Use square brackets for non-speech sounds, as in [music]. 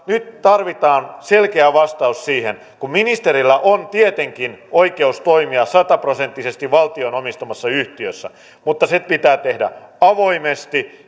nyt tarvitaan selkeä vastaus siihen ministerillä on tietenkin oikeus toimia sataprosenttisesti valtion omistamassa yhtiössä mutta se pitää tehdä avoimesti [unintelligible]